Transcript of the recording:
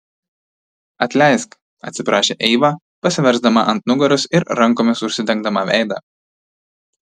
atleisk atsiprašė eiva pasiversdama ant nugaros ir rankomis užsidengdama veidą